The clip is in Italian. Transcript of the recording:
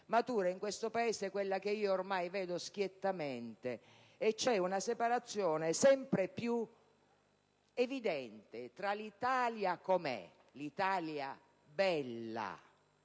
in questo Paese quella che io, ormai, vedo schiettamente: una separazione sempre più evidente tra l'Italia com'è, cioè l'Italia bella,